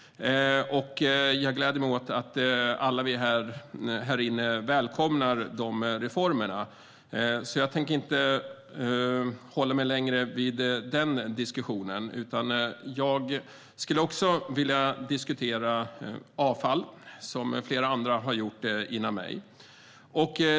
Det gläder mig att alla här inne välkomnar dessa reformer, och jag tänker inte uppehålla mig vid den diskussionen. I stället ska jag tala om avfall, precis som flera andra har gjort före mig.